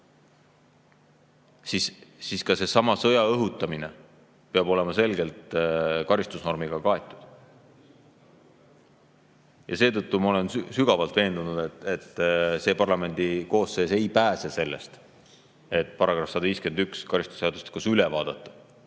siis ka see sõja õhutamine peab olema selgelt karistusnormiga kaetud. Ma olen sügavalt veendunud, et see parlamendikoosseis ei pääse sellest, et § 151 karistusseadustikus üle vaadata